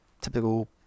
typical